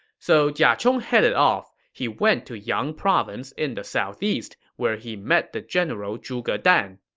so jia chong headed off. he went to yang province in the southeast, where he met the general zhuge dan.